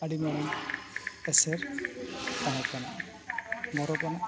ᱟᱹᱰᱤ ᱢᱟᱨᱟᱝ ᱮᱥᱮᱨ ᱛᱟᱦᱮᱸ ᱠᱟᱱᱟ ᱜᱚᱨᱚᱵᱽ ᱟᱱᱟᱜ ᱛᱟᱦᱮᱸ ᱠᱟᱱᱟ